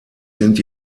sind